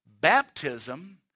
Baptism